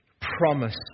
promise